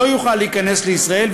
לא יוכל להיכנס לישראל,